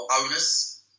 owners